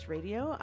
Radio